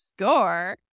score